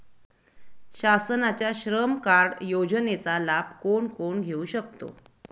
शासनाच्या श्रम कार्ड योजनेचा लाभ कोण कोण घेऊ शकतो?